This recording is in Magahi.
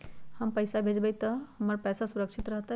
हम पैसा भेजबई तो हमर पैसा सुरक्षित रहतई?